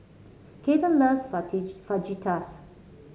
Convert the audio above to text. Kaiden loves Fajitas